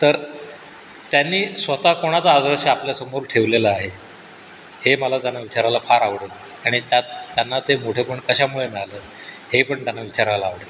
तर त्यांनी स्वतः कोणाचा आदर्श आपल्यासमोर ठेवलेला आहे हे मला त्यांना विचारायला फार आवडेल आणि त्यात त्यांना ते मोठेपण कशामुळे मिळालं हे पण त्यांना विचारायला आवडेल